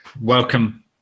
Welcome